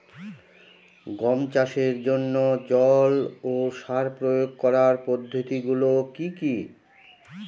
গম চাষের জন্যে জল ও সার প্রয়োগ করার পদ্ধতি গুলো কি কী?